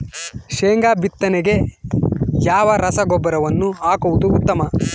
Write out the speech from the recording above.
ಶೇಂಗಾ ಬಿತ್ತನೆಗೆ ಯಾವ ರಸಗೊಬ್ಬರವನ್ನು ಹಾಕುವುದು ಉತ್ತಮ?